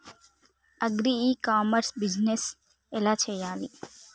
Agri e commerce business ఎలా చెయ్యాలి?